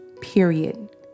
Period